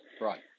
Right